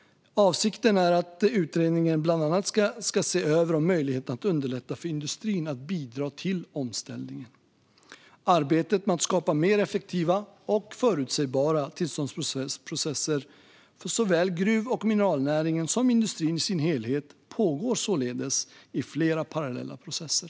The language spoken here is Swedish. Avsikten är att utredningen bland annat ska se över möjligheterna att underlätta för industrin att bidra till omställningen. Arbetet med att skapa mer effektiva och förutsebara tillståndsprocesser för såväl gruv och mineralnäringen som industrin i sin helhet pågår således i flera parallella processer.